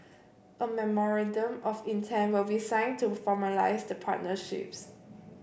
a memorandum of intent will be signed to formalise the partnerships